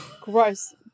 gross